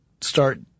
start